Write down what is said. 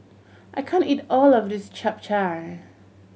I can't eat all of this Chap Chai